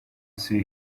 see